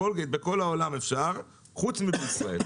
בכל העולם אפשר, חוץ מאשר במדינת ישראל.